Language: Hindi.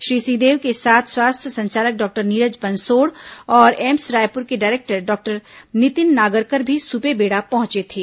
श्री सिंहदेव के साथ स्वास्थ्य संचालक डॉक्टर नीरज बंसोड़ और एम्स रायपुर के डायरेक्टर डॉक्टर नितिन नागरकर भी सुपेबेड़ा पहुंचे थे